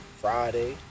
Friday